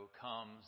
comes